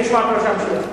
תן לי לשמוע את ראש הממשלה.